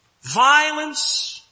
violence